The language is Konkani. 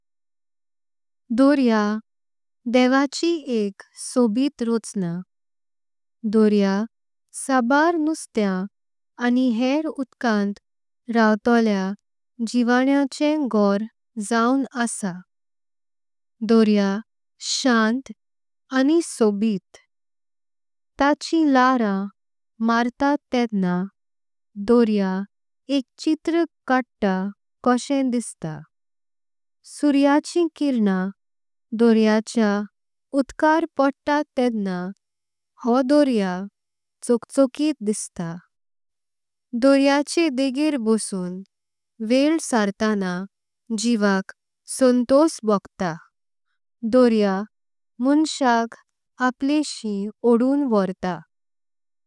दर्या देवाची एक सोबीत रचना दर्या सबर नुसत्या। आनी हेर उदकांत राहवतल्या जीवांचे घोर जांव आसां। दर्या शांत आनी सोबीत ताच्या लहऱा मारतांत तेंडना। दर्या एक चित्र काडता कशे दिसता सुर्याचीं किरणं। दर्याच्या उदकावर पडता तेंडना हो दर्या चकचकित। दिसता दर्याचे डगर भोसून वेळ सांताना जीवाक। संतोष भोगता दर्या माणसांक आपलेसीं ओडून वर्ता।